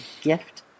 gift